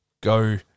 go